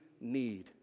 need